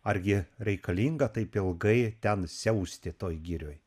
argi reikalinga taip ilgai ten siausti toj girioj